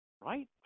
right